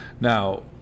Now